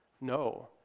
No